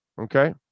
okay